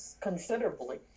considerably